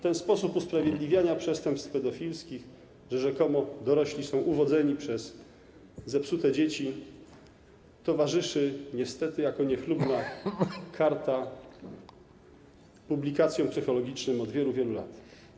Ten sposób usprawiedliwiania przestępstw pedofilskich - że rzekomo dorośli są uwodzeni przez zepsute dzieci - towarzyszy niestety jako niechlubna karta publikacjom psychologicznym od wielu, wielu lat.